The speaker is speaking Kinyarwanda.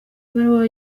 ibaruwa